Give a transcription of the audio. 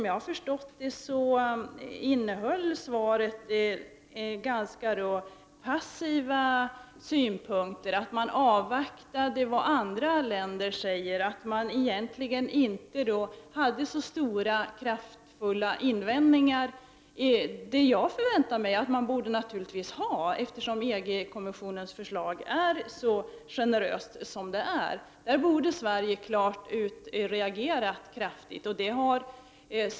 Jag har förstått det så att svaret innehöll ganska passiva synpunkter, att vi avvaktar vad andra länder säger, att vi inte har så kraftfulla invändningar. Men eftersom EG-kommissionens förslag nu är så generöst som det är, förväntade jag mig att vi borde ha sådana invändningar.